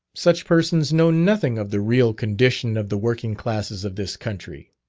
such persons know nothing of the real condition of the working classes of this country.